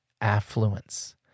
affluence